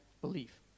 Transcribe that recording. belief